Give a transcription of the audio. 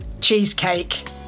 cheesecake